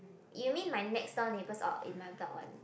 you mean my next door neighbours or in my block one